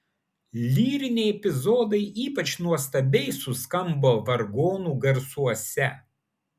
lyriniai epizodai ypač nuostabiai suskambo vargonų garsuose